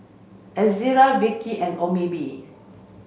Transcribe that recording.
Ezerra Vichy and Obimin